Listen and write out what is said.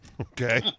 Okay